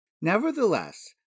Nevertheless